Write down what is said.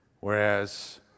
whereas